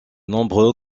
nombreux